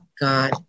God